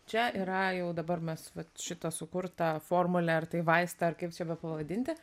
čia yra jau dabar mes vat šitą sukurtą formulę ar tai vaistą ar kaip čia bepavadinti